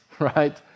Right